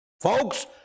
Folks